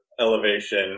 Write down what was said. elevation